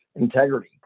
Integrity